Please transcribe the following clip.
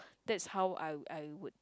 that's how I I would